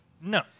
No